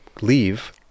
leave